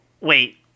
wait